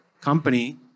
company